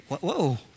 whoa